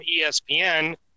espn